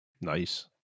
Nice